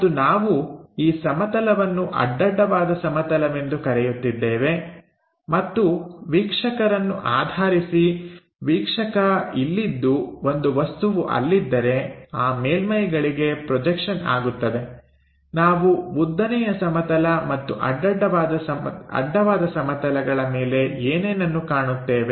ಮತ್ತು ನಾವು ಈ ಸಮತಲವನ್ನು ಅಡ್ಡಡ್ಡವಾದ ಸಮತಲವೆಂದು ಕರೆಯುತ್ತಿದ್ದೇವೆ ಮತ್ತು ವೀಕ್ಷಕರನ್ನು ಆಧರಿಸಿ ವೀಕ್ಷಕ ಇಲ್ಲಿದ್ದು ಒಂದು ವಸ್ತುವು ಅಲ್ಲಿದ್ದರೆ ಆ ಮೇಲ್ಮೈ ಗಳಿಗೆ ಪ್ರೊಜೆಕ್ಷನ್ ಆಗುತ್ತದೆ ನಾವು ಉದ್ದನೆಯ ಸಮತಲ ಮತ್ತು ಅಡ್ಡವಾದ ಸಮತಲಗಳ ಮೇಲೆ ಏನೇನನ್ನು ಕಾಣುತ್ತೇವೆ